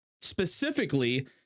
specifically